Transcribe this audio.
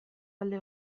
alde